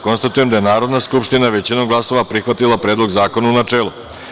Konstatujem da je Narodna skupština većinom glasova prihvatila Predlog zakona, u načelu.